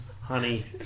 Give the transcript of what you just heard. honey